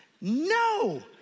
No